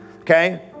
Okay